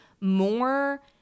more